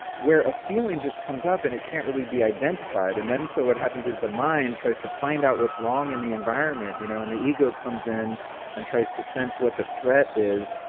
where a feeling just comes up and it can't really be identified, and then, so what happens is the mind tries to find out what's wrong in the environment, you know and the ego comes in and tries to sense what the threat is,